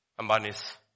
Ambani's